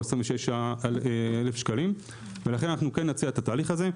או 26,000 שקלים ולכן אנחנו כן נציע את התהליך הזה.